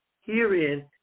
Herein